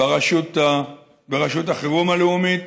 ברשות החירום הלאומית: